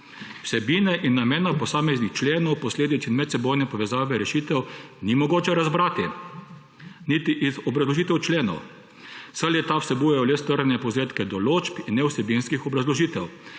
Vsebine in namena posameznih členov, posledic in medsebojne povezave rešitev ni mogoče razbrati niti iz obrazložitev členov, saj le-ta vsebujejo le strnjene povzetke določb in nevsebinskih obrazložitev,